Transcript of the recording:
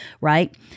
Right